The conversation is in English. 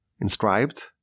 inscribed